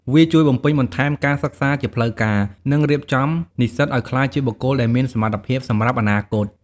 វាជួយបំពេញបន្ថែមការសិក្សាជាផ្លូវការ និងរៀបចំនិស្សិតឱ្យក្លាយជាបុគ្គលដែលមានសមត្ថភាពសម្រាប់អនាគត។